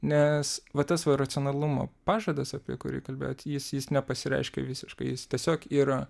nes va tas va racionalumo pažadas apie kurį kalbėjot jis jis jis nepasireiškia visiškai jis tiesiog yra